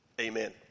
Amen